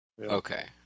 Okay